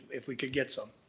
if we could get some.